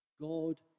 God